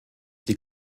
die